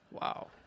Wow